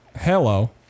hello